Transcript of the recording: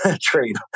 trade